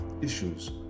issues